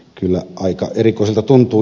kyllä aika erikoiselta tuntuu